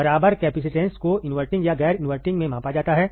बराबर कैपेसिटेंस को इनवर्टिंग या गैर इनवर्टिंग में मापा जाता है